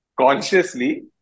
consciously